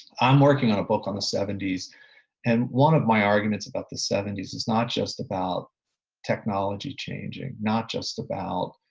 i'm working on a book on the seventies and one of my arguments about the seventies is not just about technology changing, not just about